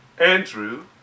Andrew